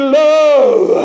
love